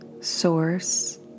source